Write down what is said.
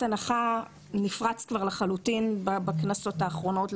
הנחה נפרץ כבר לחלוטין בכנסות האחרונות,